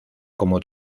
como